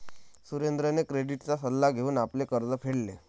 सुरेंद्रने क्रेडिटचा सल्ला घेऊन आपले कर्ज फेडले